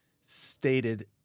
stated